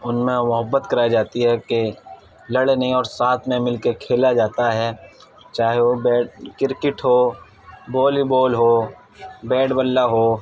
ان میں محبت کرائی جاتی ہے کہ لڑے نہیں اور ساتھ میں مل کے کھیلا جاتا ہے چاہے وہ بیٹ کرکٹ ہو بالی بال ہو بیڈ بلا ہو